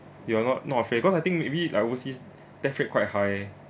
you are not not afraid cause I think maybe like overseas death rate quite high